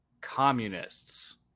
communists